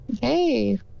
Hey